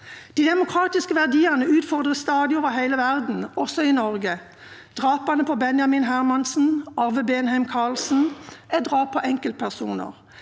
De demokratiske verdiene utfordres stadig over hele verden, også i Norge. Drapene på Benjamin Hermansen og Arve Beheim Karlsen er drap på enkeltpersoner.